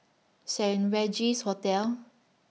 Saint Regis Hotel